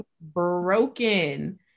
broken